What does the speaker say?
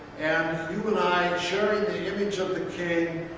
and you and i sharing the image of the king,